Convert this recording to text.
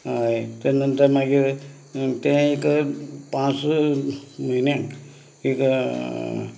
हय तेज नंतर मागीर तें एक पांच स म्हयन्याक एक